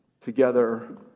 together